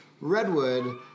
Redwood